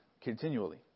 continually